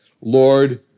Lord